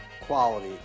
quality